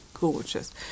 gorgeous